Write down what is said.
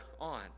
on